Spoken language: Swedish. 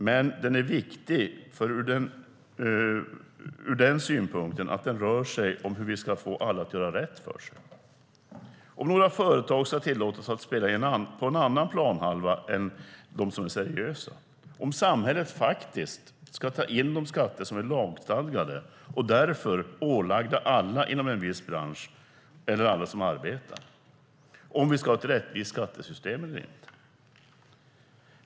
Men den är viktig ur den synvinkeln att den rör hur vi ska få alla att göra rätt för sig. Ska några företag tillåtas spela på en annan planhalva än de som är seriösa? Ska samhället faktiskt ta in de skatter som är lagstadgade och därför ålagda alla inom en viss bransch eller alla som arbetar? Ska vi ha ett rättvist skattesystem eller inte?